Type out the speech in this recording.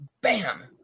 bam